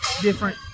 different